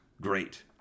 great